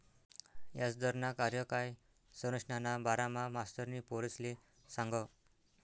याजदरना कार्यकाय संरचनाना बारामा मास्तरनी पोरेसले सांगं